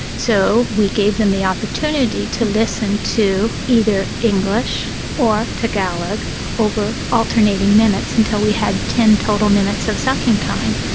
so we gave them the opportunity to listen to either english or tagalog over alternating minutes until we had ten total minutes of sucking time.